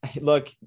look